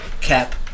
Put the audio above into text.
Cap